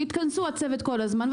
יתכנסו הצוות כל הזמן,